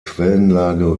quellenlage